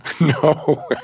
No